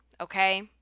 okay